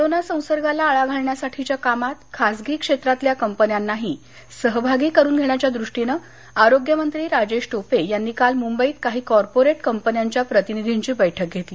corona संसर्गाला आळा घालण्यासाठीच्या कामात खासगी क्षेत्रातल्या कंपन्यांनाही सहभागी करून घेण्याच्या दृष्टीनं आरोग्यमंत्री राजेश टोपे यांनी काल मुंबईत काही कॉर्पोरेट कंपन्यांच्या प्रतिनिधींची बैठक घेतली